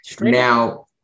Now